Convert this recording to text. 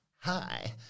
Hi